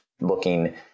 looking